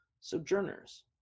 sojourners